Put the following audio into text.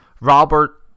Robert